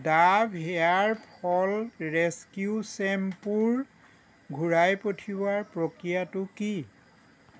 Dove hair fall rescue শ্বেম্পুৰ ঘূৰাই পঠিওৱাৰ প্ৰক্ৰিয়াটো কি